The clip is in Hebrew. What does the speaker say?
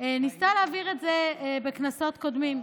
ניסתה להעביר את זה בכנסות קודמות.